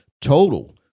total